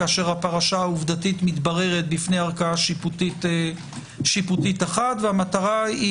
כשהפרשה העובדתית מתבררת בפני ערכאה שיפוטית אחת והמטרה היא